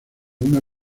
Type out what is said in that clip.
una